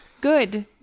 Good